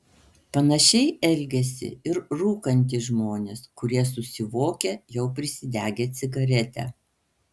panašiai elgiasi ir rūkantys žmonės kurie susivokia jau prisidegę cigaretę